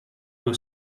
due